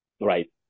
right